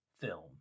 film